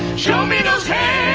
show me those hands,